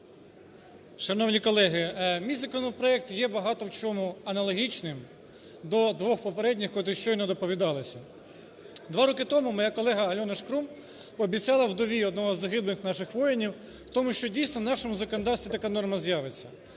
Шановні колеги, мій законопроект є багато в чому аналогічним до двох попередніх, котрі щойно доповідалися. Два роки тому моя колегаАльона Шкрум пообіцяла вдові одного із загиблих наших воїнів в тому, що дійсно в нашому законодавстві така норма з'явиться.